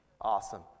Awesome